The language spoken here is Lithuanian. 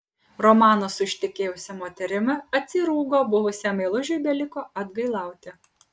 romanas su ištekėjusia moterimi atsirūgo buvusiam meilužiui beliko atgailauti